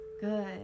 Good